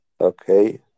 okay